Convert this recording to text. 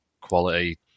quality